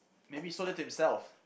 maybe he sold it to himself